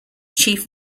chief